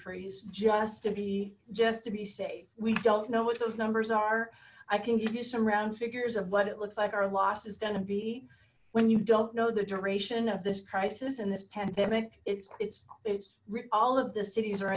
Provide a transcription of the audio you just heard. freeze just to be just to be safe we don't know what those numbers are i can give you some round figures of what it looks like our loss is going to be when you don't know the duration of this crisis and this pandemic it's it's it's all of the cities